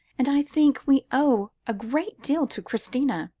and i think we owe a great deal to christina,